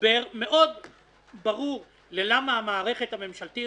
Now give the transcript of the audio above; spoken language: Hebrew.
הסבר ברור מאוד למה המערכת הממשלתית